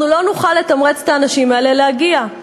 אנחנו לא נוכל לתמרץ את האנשים האלה להגיע לשם,